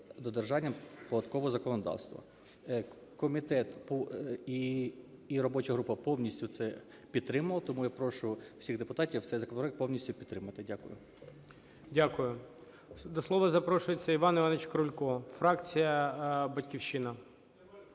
додержанням податкового законодавства. Комітет і робоча група повністю це підтримує. Тому я прошу всіх депутатів цей законопроект повністю підтримати. Дякую. ГОЛОВУЮЧИЙ. Дякую. До слова запрошується Іван Іванович Крулько, фракція "Батьківщина".